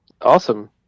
awesome